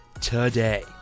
today